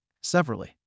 Severally